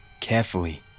carefully